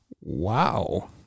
Wow